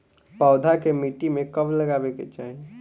पौधा के मिट्टी में कब लगावे के चाहि?